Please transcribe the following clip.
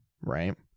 right